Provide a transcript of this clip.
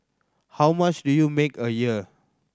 how much do you make a year